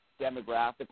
demographically